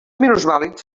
minusvàlids